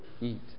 eat